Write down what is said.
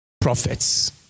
prophets